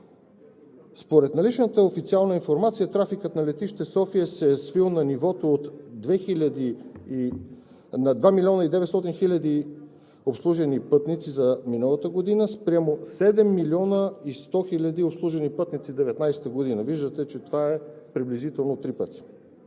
Според наличната официална информация трафикът на летище София се е свил на нивото от 2 милиона 900 хиляди обслужени пътници за миналата година спрямо 7 милиона 100 хиляди обслужени пътници за 2019 г. – виждате, че това е приблизително три пъти.